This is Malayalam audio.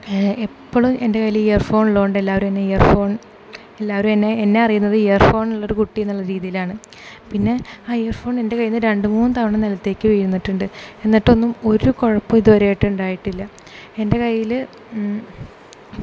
എപ്പോഴും എൻ്റെ കൈയിൽ ഇയർ ഫോൺ ഉള്ളതു കൊണ്ട് എല്ലാവരും എന്നെ ഇയർ ഫോൺ എല്ലാവരും എന്നെ എന്നെ അറിയുന്നത് ഇയർ ഫോൺ ഉള്ള ഒരു കുട്ടി എന്നുള്ള രീതിയിലാണ് പിന്നെ ആ ഇയർ ഇയർ ഫോൺ എൻ്റെ കയ്യിൽ നിന്ന് രണ്ടുമൂന്നു തവണ നിലത്തേക്ക് വീണിട്ടുണ്ട് എന്നിട്ടൊന്നും ഒരു കുഴപ്പവും ഇതുവരെയായിട്ടും ഉണ്ടായിട്ടില്ല എൻ്റെ കൈയിൽ